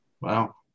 wow